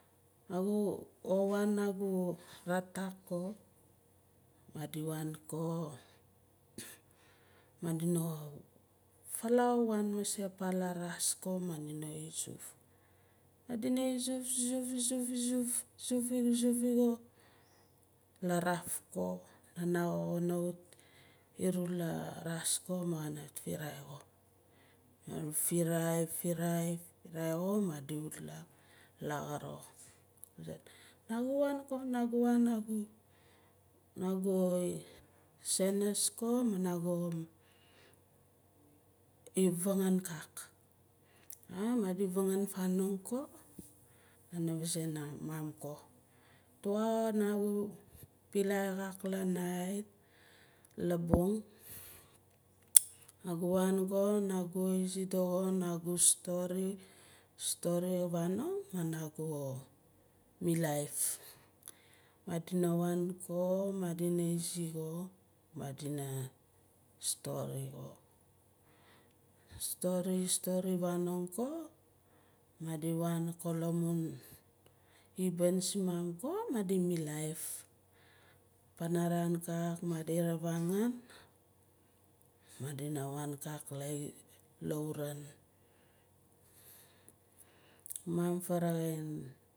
Nagu owaan nangu vaktak ko madi waan ko madina falau waan mas palaras ko madina izuf madina izuf izuf izuf izuf vraf ko nana kana wut iru lavas ko ma kana firai xo firai firai firai xo madina wut laxaar xo nagu wan ko nagu senis ko ma nagu ifangan kak mah madi vangan fanong ko kana vazae mum ko tuwa nagu pila xaak la nait labung nagu wan ko nagu izi doxo nagu stori stori ka fanong ma nagu milaif madina waan ko madina izi ko madina stori xo stori stori stori vanong ko madi waan la mun ibaan simun ko madi milaif panaran kak madi ravangun dina waan kak la auran mum varaxai